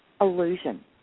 illusion